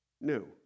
new